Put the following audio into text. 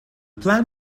plan